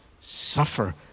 suffer